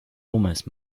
almost